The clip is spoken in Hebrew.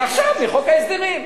מעכשיו, מחוק ההסדרים.